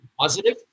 positive